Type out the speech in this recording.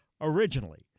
originally